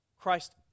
Christ